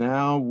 Now